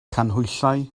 canhwyllau